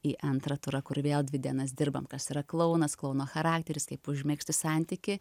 į antrą turą kur vėl dvi dienas dirbam kas yra klounas klouno charakteris kaip užmegzti santykį